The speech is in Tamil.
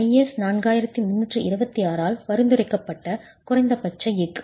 IS 4326 ஆல் பரிந்துரைக்கப்பட்ட குறைந்தபட்ச எஃகு